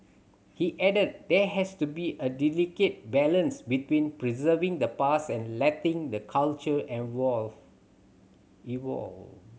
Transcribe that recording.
he added there has to be a delicate balance between preserving the past and letting the culture evolve